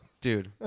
Dude